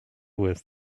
with